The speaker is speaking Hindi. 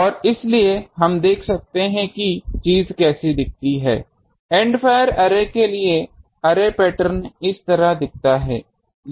और इसलिए हम देख सकते हैं कि चीज़ कैसी दिखती है एंड फायर अर्रे के लिए अर्रे पैटर्न इस तरह दिखता है